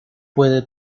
puede